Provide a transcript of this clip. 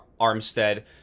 Armstead